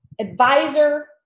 advisor